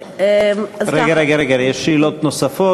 אוקיי, אז ככה, רגע, רגע, רגע, יש שאלות נוספות.